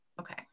Okay